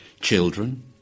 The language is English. children